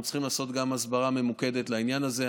צריכים לעשות גם הסברה ממוקדת לעניין הזה.